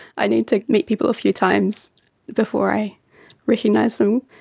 i need to meet people a few times before i recognise them.